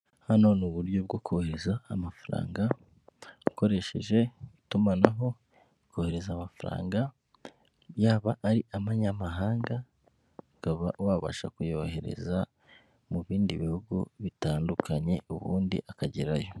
Hano ni uburyo bwo kohereza amafaranga ukoresheje itumanaho, kohereza amafaranga yaba ari amanyamahanga ukaba wabasha kuyohereza mu bindi bihugu bitandukanye ubundi akagerayo.